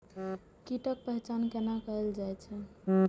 कीटक पहचान कैना कायल जैछ?